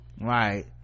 right